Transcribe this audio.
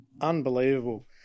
unbelievable